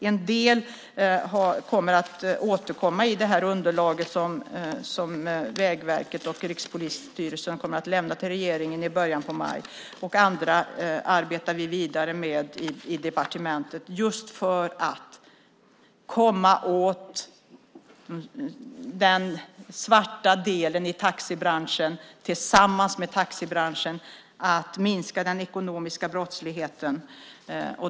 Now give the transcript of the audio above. En del återkommer i det underlag som Vägverket och Rikspolisstyrelsen kommer att lämna till regeringen i början av maj, och andra arbetar vi vidare med i departementet för att komma åt den svarta delen i taxibranschen tillsammans med taxibranschen. Vi vill minska den ekonomiska brottsligheten.